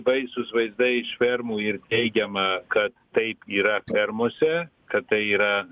baisūs vaizdai iš fermų ir teigiama ka taip yra fermose kad tai yra